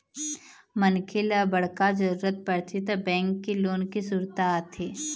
मनखे ल बड़का जरूरत परथे त बेंक के लोन के सुरता आथे